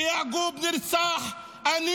כשיעקוב נרצח אני